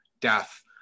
death